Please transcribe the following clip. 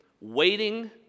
waiting